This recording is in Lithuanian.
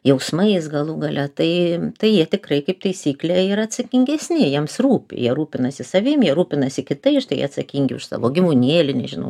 jausmais galų gale tai tai jie tikrai kaip taisyklė yra atsakingesni jiems rūpi jie rūpinasi savim jie rūpinasi kitais štai atsakingi už savo gyvūnėlį nežinau